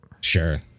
sure